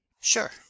Sure